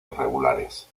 irregulares